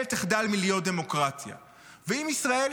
ישראל